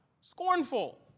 Scornful